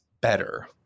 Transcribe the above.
better